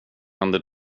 händer